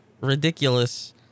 ridiculous